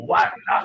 One